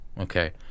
Okay